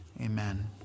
Amen